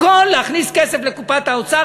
הכול להכניס כסף לקופת האוצר,